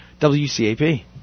WCAP